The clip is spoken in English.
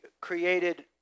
created